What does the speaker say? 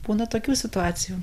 būna tokių situacijų